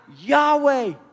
Yahweh